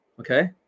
Okay